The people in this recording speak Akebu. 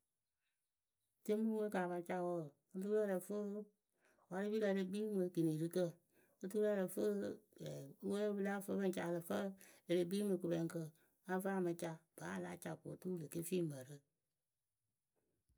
Temue ka pa ca wǝǝ oturu ǝ lǝ fɨ warɨpirǝ e le kpii rɨ kinirikǝ oturu ǝ lǝ fɨ we pɨ lǝ fɨ pɨŋ ca e le kpi rɨ kɨpɛŋkǝ a fɨ a mɨ ca vǝ́ a la ca ko oturu wɨ le ke fii mǝrǝ.